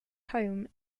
home